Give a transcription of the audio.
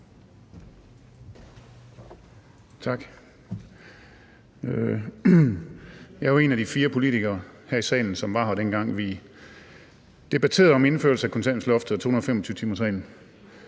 Tak. Jeg er jo en af de fire politikere her i salen, som var her, dengang vi debatterede indførelse af kontanthjælpsloftet og 225-timersreglen.